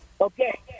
Okay